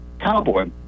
Cowboy